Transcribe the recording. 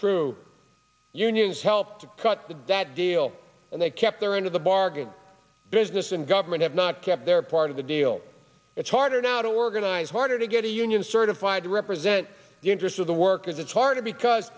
true unions help to cut the debt deal and they kept their end of the bargain business and government have not kept their part of the deal it's harder now to organize harder to get a union certified to represent the interests of the workers it's hard because